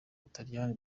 butaliyani